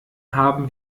haben